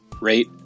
rate